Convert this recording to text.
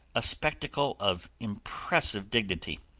a spectacle of impressive dignity.